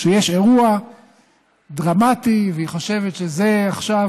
כשיש אירוע דרמטי והיא חושבת שעכשיו